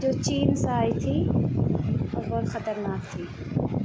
جو چین سے آئی تھی اور بہت خطرناک تھی